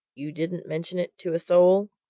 you didn't mention it to a soul?